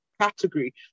category